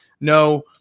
no